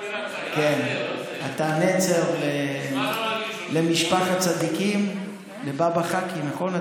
אתה נצר למשפחת צדיקים, לבאבא חאקי, נכון?